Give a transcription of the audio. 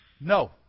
no